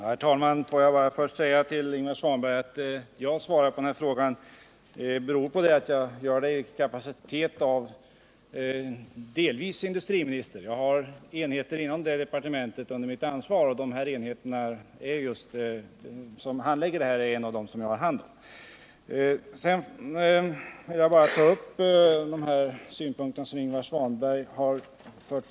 Herr talman! Låt mig bara säga till Ingvar Svanberg att jag svarar på denna fråga delvis i kapacitet av industriminister. Jag har enheter från detta departement under mitt ansvar, och en av dessa handlägger de frågor det här gäller. Jag vill helt kort ta upp de synpunkter som Ingvar Svanberg har anfört.